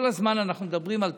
כל הזמן אנחנו מדברים על תוכניות.